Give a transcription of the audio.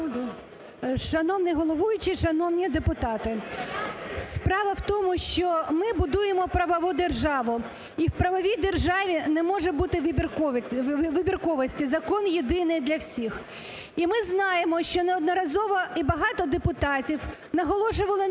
Шановний головуючий, шановні депутати, справа в тому, що ми будуємо правову державу і в правовій державі не може бути вибірковості, закон єдиний для всіх. І ми знаємо, що неодноразово, і багато депутатів наголошували на тому,